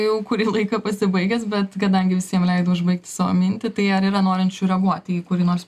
jau kurį laiką pasibaigęs bet kadangi visiem leidau užbaigti savo mintį tai ar yra norinčių reaguoti į kurį nors